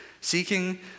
seeking